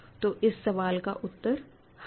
तो इस सवाल का उत्तर हाँ है